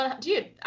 Dude